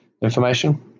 information